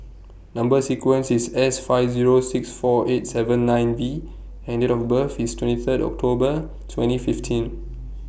Number sequence IS S five Zero six four eight seven nine V and Date of birth IS twenty Third October twenty fifteen